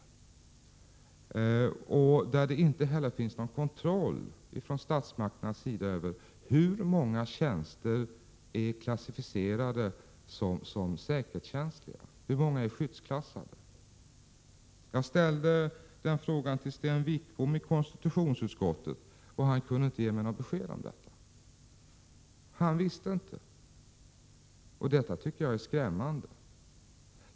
Det finns inte heller från statsmakternas sida någon kontroll över hur många tjänster som är klassificerade som säkerhetskänsliga, hur många som är skyddsklassade. Jag ställde den frågan till Sten Wickbom i konstitutionsutskottet, och han kunde inte ge något besked om detta. Han visste inte, och det tycker jag är skrämmande.